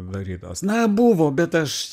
darytas na buvo bet aš